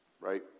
right